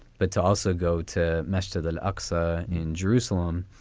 but to also go to mestre, the luxor in jerusalem.